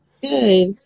Good